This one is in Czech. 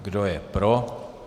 Kdo je pro?